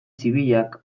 zibilak